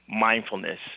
mindfulness